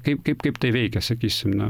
kaip kaip kaip tai veikia sakysim na